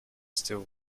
still